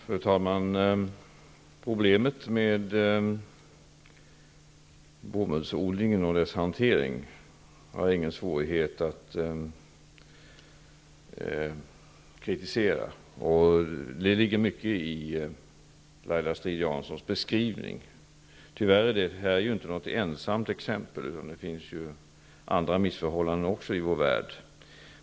Fru talman! Det är inte svårt att kritisera hanteringen av bomullsodling. Det ligger mycket i Laila Strid-Janssons beskrivning. Tyvärr är det här inte något ensamt exempel. Det finns också andra missförhållanden i vår värld.